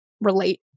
relate